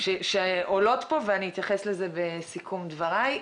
שעולות פה, ואתייחס לזה בסיכום דבריי.